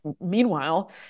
meanwhile